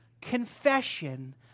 confession